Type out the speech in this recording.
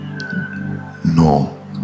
no